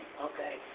Okay